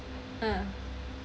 mm